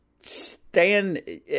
stand